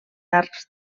arcs